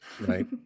Right